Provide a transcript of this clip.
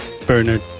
Bernard